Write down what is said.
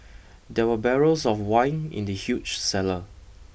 there were barrels of wine in the huge cellar